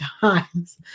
times